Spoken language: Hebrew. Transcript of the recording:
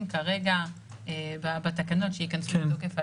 כרגע בתקנות שייכנסו לתוקף הלילה,